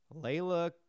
Layla